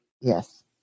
Yes